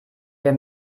der